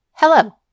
Hello